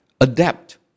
Adapt